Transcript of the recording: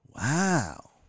Wow